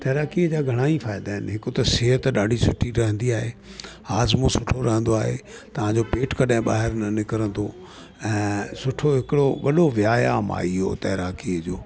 तैराकीअ जी घणेई फ़ाइदा आहिनि हिकु त सिहत ॾाढी सुठी रहंदी आहे हाज़मो सुठो रहंदो आहे तव्हांजो पेट कॾहिं ॿाहिरि न निकिरंदो ऐं सुठो हिकिड़ो वॾो व्यायाम आहे इहो तैराकी जो